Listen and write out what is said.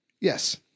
Yes